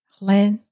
Let